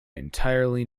entirely